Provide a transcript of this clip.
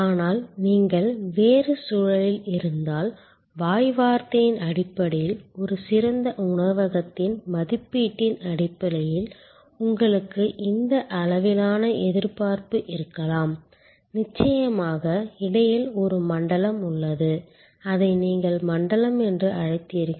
ஆனால் நீங்கள் வேறு சூழலில் இருந்தால் வாய் வார்த்தையின் அடிப்படையில் ஒரு சிறந்த உணவகத்தின் மதிப்பாய்வாளர்களின் மதிப்பீட்டின் அடிப்படையில் உங்களுக்கு இந்த அளவிலான எதிர்பார்ப்பு இருக்கலாம் நிச்சயமாக இடையில் ஒரு மண்டலம் உள்ளது அதை நீங்கள் மண்டலம் என்று அழைத்தீர்கள்